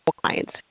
clients